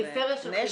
פריפריה של חיפה.